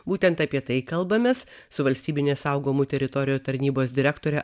būtent apie tai kalbamės su valstybinės saugomų teritorijų tarnybos direktore